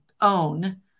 own